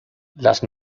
las